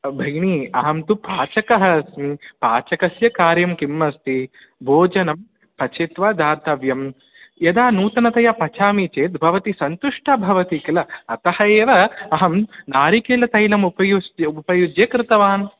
भगिनी अहं तु पाचकः अस्मि पाचकस्य कार्यं किम् अस्ति भोजनं पचित्वा दातव्यं यदा नूतनतया पचामि चेत् भवती सन्तुष्ठा भवति किल अतः एव अहं नारीकेलतैलम् उपयु उपयुज्य कृतवान्